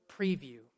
preview